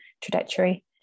trajectory